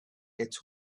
its